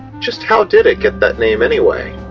just how did it get that name anyway?